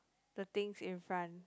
the things in front